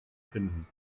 finden